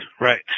Right